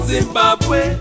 Zimbabwe